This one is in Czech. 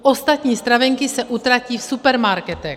Ostatní stravenky se utratí v supermarketech.